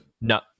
no